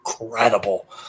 incredible